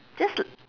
just